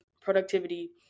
productivity